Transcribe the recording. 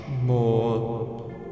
more